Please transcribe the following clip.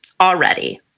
already